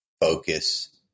focus